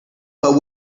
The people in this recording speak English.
but